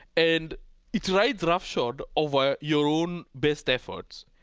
and it rides roughshod over your own best efforts.